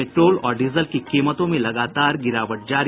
petrol और diesel की कीमतों में लगातार गिरावट जारी